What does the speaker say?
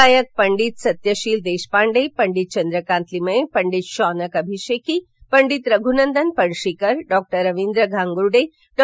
गायक पंडित सत्यशील देशपांडे पंडित चंद्रकांत लिमये पंडित शौनक अभिषेकी पंडित रघुनंदन पणशीकर डॉक्टर रवींद्र घांगुडे डॉ